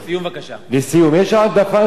יש העדפה של נשים על פני גברים.